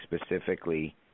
specifically